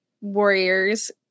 warriors